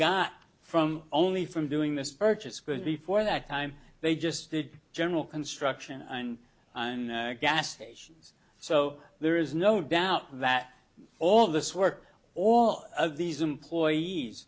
got from only from doing this purchase goods before that time they just did general construction and gas stations so there is no doubt that all this work all of these employees